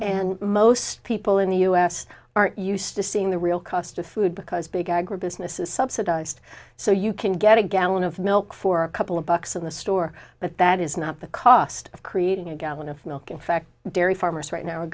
and most people in the u s are used to seeing the real cost of food because big agribusiness is subsidized so you can get a gallon of milk for a couple of bucks in the store but that is not the cost of creating a gallon of milk in fact dairy farmers right now are